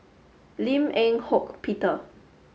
Lim Eng Hock Peter